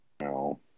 no